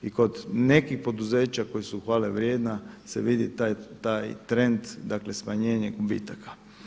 I kod nekih poduzeća koja su hvale vrijedna se vidi taj trend, dakle smanjenje gubitaka.